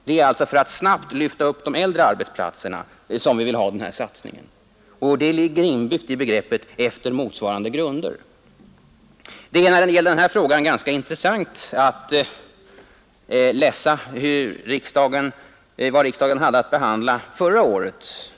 Det är för att snabbt lyfta upp de äldre arbetsplatsernas standard som vi vill göra denna satsning. Det ligger inbyggt i begreppet ”efter motsvarande grunder”. Det är när det gäller den här frågan ganska intressant att läsa vad riksdagen hade att behandla förra året.